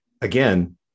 again